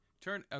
turn